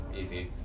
Easy